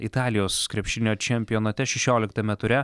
italijos krepšinio čempionate šešioliktame ture